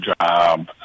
job